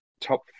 top